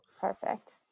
Perfect